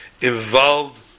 involved